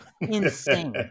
Insane